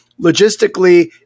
logistically